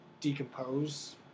decompose